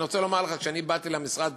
אני רוצה לומר לך שכשבאתי למשרד